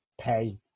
pay